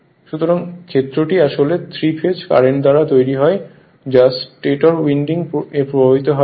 সুতরাং ক্ষেত্রটি আসলে 3 ফেজ কারেন্ট দ্বারা তৈরি হয় যা স্টেটর উইন্ডিংয়ে প্রবাহিত করে